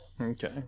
Okay